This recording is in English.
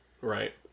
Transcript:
right